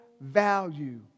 value